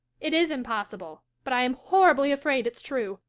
it is impossible but i am horribly afraid it's true.